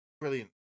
Brilliant